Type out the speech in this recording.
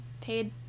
paid